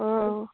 অঁ